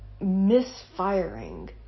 misfiring